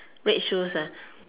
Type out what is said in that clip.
red shoes